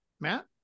Matt